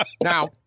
Now